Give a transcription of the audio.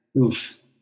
Oof